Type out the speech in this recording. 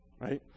right